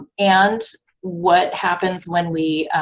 and what happens when we